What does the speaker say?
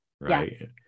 right